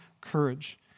courage